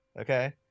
okay